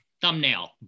Thumbnail